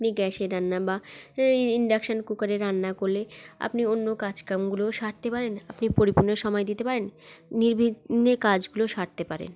এই গ্যাসের রান্না বা এই ইন্ডাকশন কুকারে রান্না করলে আপনি অন্য কাজকামগুলোও সারতে পারেন আপনি পরিপূর্ণ সময় দিতে পারেন নির্বিঘ্নে কাজগুলো সারতে পারেন